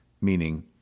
Meaning